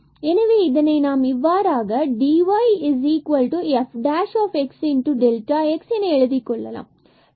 எனவே இதனை நாம் இவ்வாறாக dy fxΔxஎன எழுதிக் கொள்ளலாம்